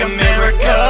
America